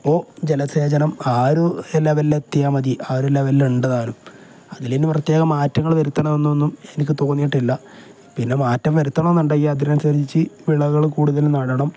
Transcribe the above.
അപ്പോൾ ജലസേചനം ആ ഒരു ലെവലിൽ എത്തിയാൽ മതി ആ ഒരു ലെവലിൽ ഉണ്ട് താനും അതിൽ ഇനി പ്രത്യേക മാറ്റങ്ങൾ വരുത്തണമെന്നൊന്നും എനിക്ക് തോന്നിയിട്ടില്ല പിന്നെ മാറ്റം വരുത്തണമെന്നുണ്ടെങ്കിൽ അതിന് അനുസരിച്ചു വിളകൾ കൂടുതൽ നടണം